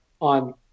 on